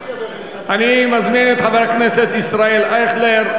אני מזמין את חבר הכנסת ישראל אייכלר,